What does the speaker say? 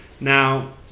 Now